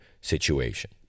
situation